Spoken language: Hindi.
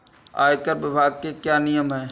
आयकर विभाग के क्या नियम हैं?